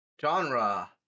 Genre